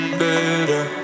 better